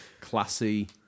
Classy